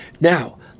Now